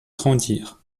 grandir